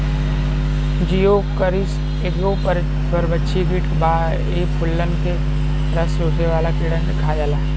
Geocoris एगो परभक्षी कीट बा इ फूलन के रस चुसेवाला कीड़ा के खा जाला